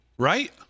Right